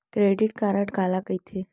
Credit card काला कहिथे?